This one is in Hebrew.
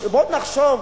בואו נחשוב: